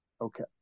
Okay